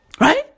Right